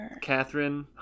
Catherine